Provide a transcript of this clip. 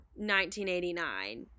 1989